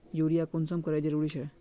Urea कुंसम करे जरूरी छै?